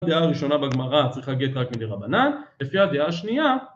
הדעה הראשונה בגמרה צריך להגיד רק מדי רבנה, לפי הדעה השנייה